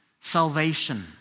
salvation